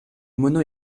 mono